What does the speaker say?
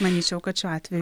manyčiau kad šiuo atveju